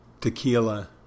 tequila